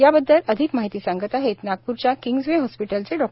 याबद्दल अधिक माहिती सांगत आहेत नागपूरच्या किंग्सवे हॉस्पिटलचे डॉ